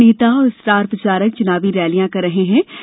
वरिष्ठ नेता और स्टार प्रचारक चुनावी रैलियां कर रहे हैं